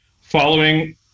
Following